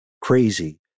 crazy